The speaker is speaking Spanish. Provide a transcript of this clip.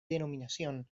denominación